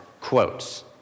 quotes